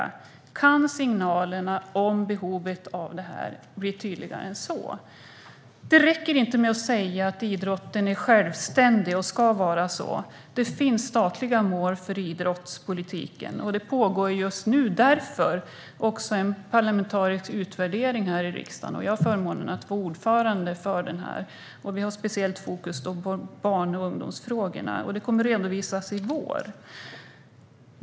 Kan signalerna om behovet bli tydligare än så? Det räcker inte med att säga att idrotten är självständig och ska så vara. Det finns statliga mål för idrottspolitiken. Därför pågår just nu en parlamentarisk utredning här i riksdagen, och jag har förmånen att vara ordförande för den. Vi har speciellt fokus på barn och ungdomsfrågorna, och den kommer att redovisas i vår.